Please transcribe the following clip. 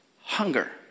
hunger